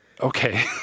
Okay